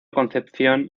concepción